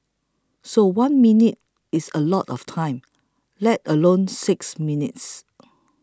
so one minute is a lot of time let alone six minutes